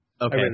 Okay